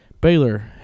Baylor